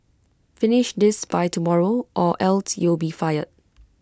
finish this by tomorrow or else you'll be fired